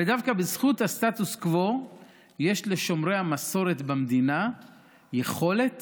הרי דווקא בזכות הסטטוס קוו יש לשומרי המסורת במדינה יכולת